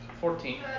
Fourteen